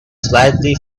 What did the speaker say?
slightly